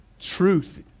Truth